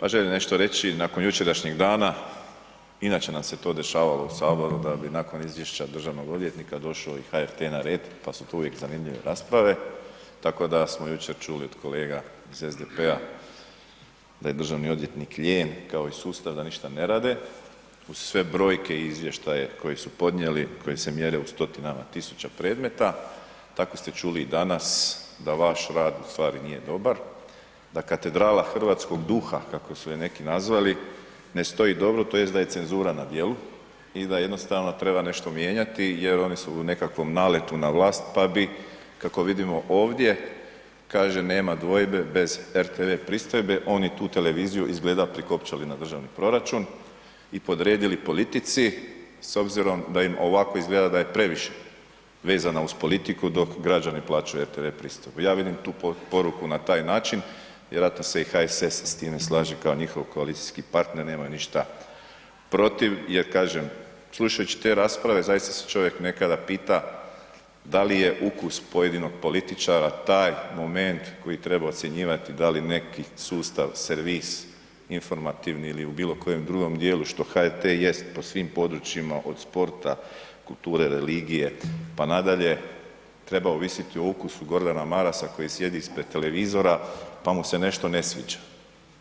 Pa želim nešto reći nakon jučerašnjeg dana, inače nam se to dešavalo u saboru da bi nakon izvješća državnog odvjetnika došao i HRT na red, pa su tu uvijek zanimljive rasprave, tako da smo jučer čuli od kolega iz SDP-a da je državni odvjetnik lijen kao i sustav, da ništa ne rade, uz sve brojke i izvještaje koje su podnijeli, koje se mjere u stotinama tisuća predmeta, tako ste čuli i danas da vaš rad u stvari nije dobar, da katedrala hrvatskog duha kako su je neki nazvali ne stoji dobro tj. da je cenzura na djelu i da jednostavno treba nešto mijenjati jer one su u nekakvom naletu na vlast, pa bi kako vidimo ovdje, kaže nema dvojbe bez RTV pristojbe, oni tu televiziju izgleda prikopčali na državni proračun i podredili politici s obzirom da im ovako izgleda je previše vezana uz politiku dok građani plaćaju RTV pristojbu, ja vidim tu poruku na taj način, vjerojatno se i HSS s time slaže kao njihov koalicijski partner nema ništa protiv jer kažem, slušajući te rasprave zaista se čovjek nekada pita da li je ukus pojedinog političara taj moment koji treba ocjenjivati da li neki sustav, servis informativni ili u bilo kojem drugom dijelu što HRT jest po svim područjima od sporta, kulture, religije, pa nadalje, treba ovisiti o ukusu Gordana Marasa koji sjedi ispred televizora, pa mu se nešto ne sviđa,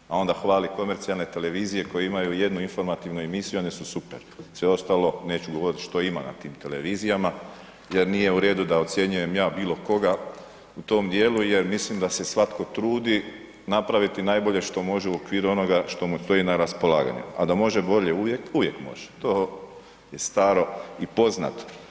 a onda hvali komercijalne televizije koje imaju jednu informativnu emisiju, one su super, sve ostalo neću govorit što ima na tim televizijama jer nije u redu da ocjenjujem ja bilo koga u tom dijelu jer mislim da se svatko trudi napraviti najbolje što može u okviru onoga što mu stoji na raspolaganju, a da može bolje uvijek, uvijek može, to je staro i poznato.